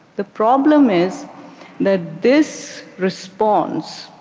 the problem is that this response,